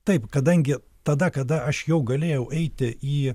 taip kadangi tada kada aš jau galėjau eiti į